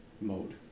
mode